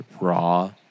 raw